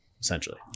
essentially